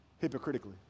hypocritically